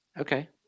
okay